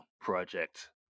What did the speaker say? project